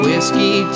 Whiskey